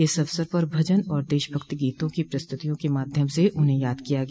इस अवसर पर भजन और देशभक्ति गीतों की प्रस्तुतियों के माध्यम से उन्हें याद किया गया